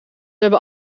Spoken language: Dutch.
hebben